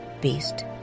beast